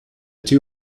two